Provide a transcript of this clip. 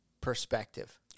perspective